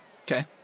Okay